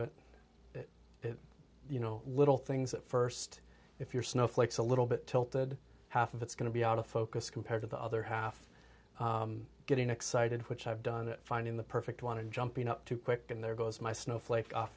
to it you know little things at first if you're snowflakes a little bit tilted half of it's going to be out of focus compared to the other half getting excited which i've done it finding the perfect want to jumping up too quick and there goes my snowflake off